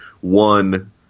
one